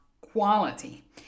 quality